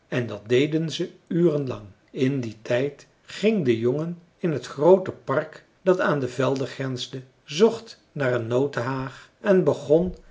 en dat deden ze uren lang in dien tijd ging de jongen in het groote park dat aan de velden grensde zocht naar een notenhaag en begon